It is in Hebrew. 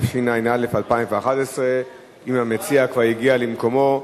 התשע"א 2011. אם המציע כבר הגיע למקומו,